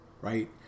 right